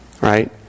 Right